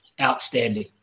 outstanding